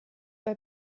bei